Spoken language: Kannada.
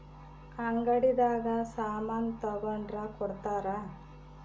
ಅಂಗಡಿ ದಾಗ ಸಾಮನ್ ತಗೊಂಡ್ರ ಕೊಡ್ತಾರ